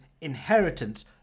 inheritance